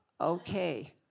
Okay